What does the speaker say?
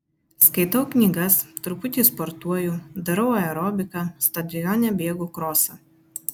skaitau knygas truputį sportuoju darau aerobiką stadione bėgu krosą